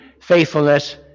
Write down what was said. faithfulness